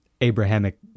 Abrahamic